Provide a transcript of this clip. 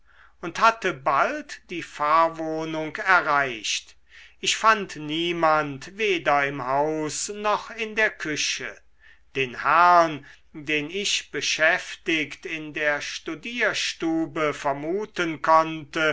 und hatte bald die pfarrwohnung erreicht ich fand niemand weder im haus noch in der küche den herrn den ich beschäftigt in der studierstube vermuten konnte